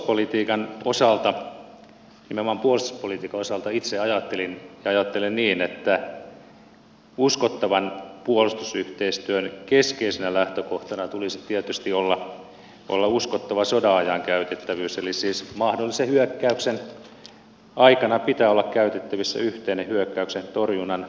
puolustuspolitiikan osalta nimenomaan puolustuspolitiikan osalta itse ajattelin ja ajattelen niin että uskottavan puolustusyhteistyön keskeisenä lähtökohtana tulisi tietysti olla uskottava sodanajan käytettävyys eli siis mahdollisen hyökkäyksen aikana pitää olla käytettävissä yhteinen hyökkäyksentorjunnan suorituskyky